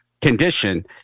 condition